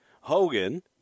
Hogan